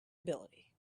ability